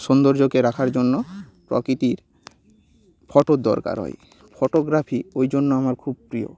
সৌন্দর্যকে রাখার জন্য প্রকৃতির ফটোর দরকার হয় ফটোগ্রাফি ওই জন্য আমার খুব প্রিয়